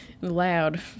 loud